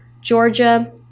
Georgia